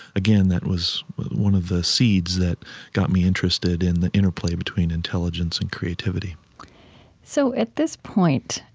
again, that was one of the seeds that got me interested in the interplay between intelligence and creativity so at this point,